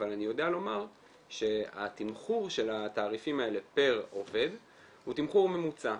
אבל אני יודע לומר שהתמחור של התעריפים האלה פר עובד הוא תמחור ממוצע.